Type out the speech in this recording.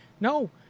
no